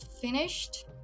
finished